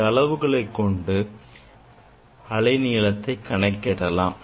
இந்த அளவுகளைக் கொண்டு அலை நீளத்தை கணக்கிடலாம்